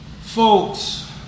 folks